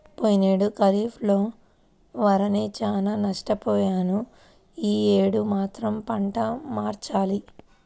పోయినేడు ఖరీఫ్ లో వరేసి చానా నష్టపొయ్యాను యీ యేడు మాత్రం పంట మార్చాలి